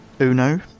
uno